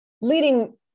leading